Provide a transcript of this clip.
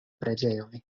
preĝejoj